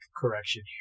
correction